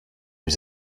was